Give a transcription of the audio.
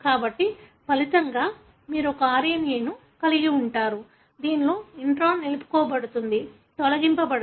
కాబట్టి ఫలితంగా మీరు ఒక mRNA కలిగి ఉంటారు దీనిలో ఇంట్రాన్ నిలుపుకోబడుతుంది తొలగించబడదు